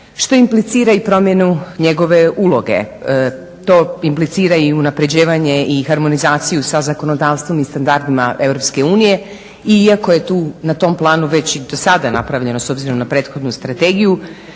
što implicira i promjenu njegove uloge. To implicira i unapređivanje i harmonizaciju sa zakonodavstvom i standardima EU i iako je tu na tom planu već i dosada napravljeno s obzirom na prethodnu strategiju